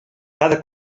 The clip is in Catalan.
cada